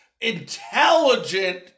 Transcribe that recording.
intelligent